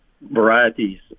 varieties